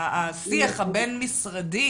השיח הבין-משרדי